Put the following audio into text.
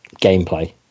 gameplay